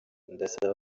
ndasaba